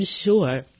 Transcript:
sure